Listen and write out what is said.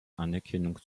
anerkennung